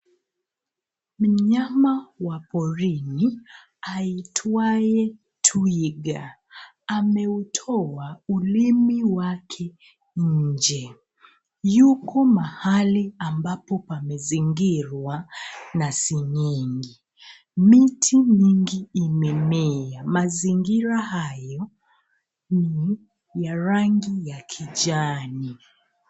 Mnyama wa porini aitwaye twiga ameutoa ulimi wake nje. Yuko mahali ambapo pamezingirwa na sengenge. Miti mingi imemea. Mazingira hayo ni ya rangi ya kijani.